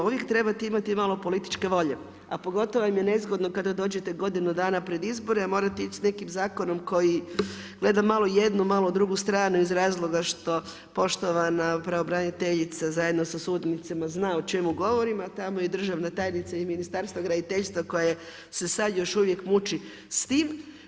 Uvijek treba imati malo političke volje a pogotovo im je nezgodno kada dođete godinu dana pred izbore a morate ići sa nekim zakonom koji gleda malo jednu, malo drugu stranu iz razloga što poštovana pravobraniteljica zajedno sa suradnicima zna o čemu govorim a tamo i državna tajnica Ministarstva graditeljstva koja se sad još uvijek muči s time.